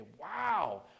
wow